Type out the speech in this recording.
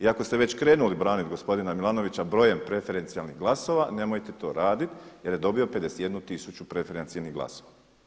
I ako ste već krenuli braniti gospodina Milanovića brojem preferencijalnih glasova nemojte to raditi jer je dobio 51000 preferencijalnih glasova.